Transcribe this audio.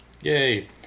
Yay